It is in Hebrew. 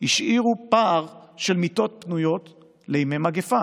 השאירו פער של מיטות פנויות לימי מגפה,